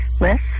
list